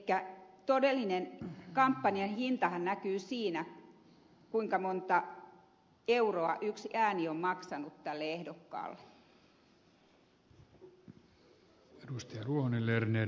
elikkä todellinen kampanjahintahan näkyy siinä kuinka monta euroa yksi ääni on maksanut tälle ehdokkaalle